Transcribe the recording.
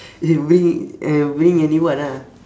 you bring eh you bring a new one ah